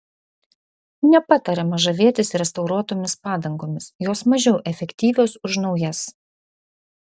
nepatariama žavėtis restauruotomis padangomis jos mažiau efektyvios už naujas